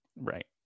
Right